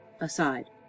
Aside